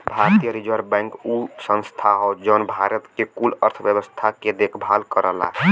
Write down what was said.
भारतीय reserve bank उ संस्था हौ जौन भारत के कुल अर्थव्यवस्था के देखभाल करला